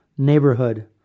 neighborhood